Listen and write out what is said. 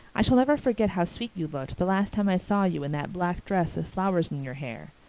i shall never forget how sweet you looked the last time i saw you in that black dress with flowers in your hair.